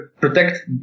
protect